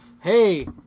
hey